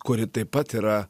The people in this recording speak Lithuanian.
kuri taip pat yra